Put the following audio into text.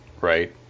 right